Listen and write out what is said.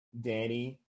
Danny